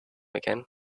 again